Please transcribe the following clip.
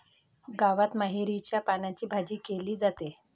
गावात मोहरीच्या पानांची भाजी केली जाते